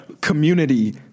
community